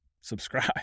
subscribe